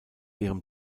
ihrem